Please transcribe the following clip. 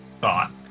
thought